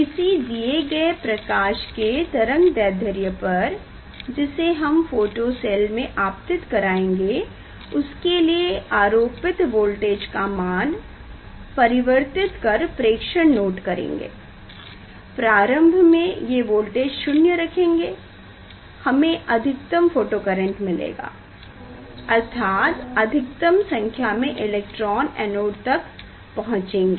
किसी दिये गए प्रकाश के तरंगदैढ्र्य पर जिसे हम फोटो सेल में आपतित कराएंगे उसके लिए आरोपित वोल्टेज का मान परिवर्तित कर प्रेक्षण नोट करेंगें प्रारंभ में हम ये वोल्टेज शून्य रखेंगे हमें अधिकतम फोटो करेंट मिलेगा अर्थात अधिकतम संख्या में इलेक्ट्रॉन एनोड तक पहुँचेंगे